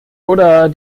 oder